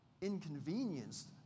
inconvenienced